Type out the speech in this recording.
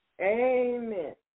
Amen